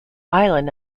island